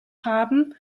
haben